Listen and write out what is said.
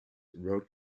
road